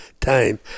time